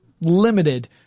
limited